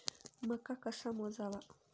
मका कसा मोजावा?